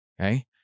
Okay